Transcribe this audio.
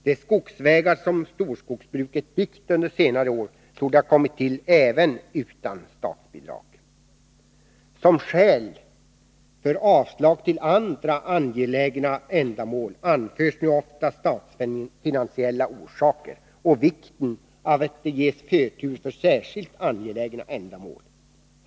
De skogsvägar som storskogsbruket byggt under senare år skulle säkert ha kommit till även utan statsbidrag. Som skäl för avslag när det gäller medel till andra angelägna ändamål anförs nu ofta statsfinanserna och vikten av att det ges förtur för särskilt angelägna ändamål.